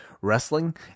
wrestling